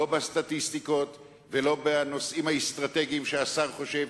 לא בסטטיסטיקות ולא בנושאים האסטרטגיים שהשר חושב,